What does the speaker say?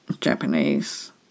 Japanese